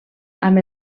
amb